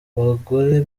abagore